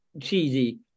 cheesy